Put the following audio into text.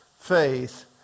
faith